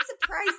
surprise